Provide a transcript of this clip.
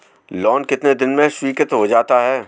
Loan कितने दिन में स्वीकृत हो जाता है?